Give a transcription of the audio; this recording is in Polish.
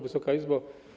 Wysoka Izbo!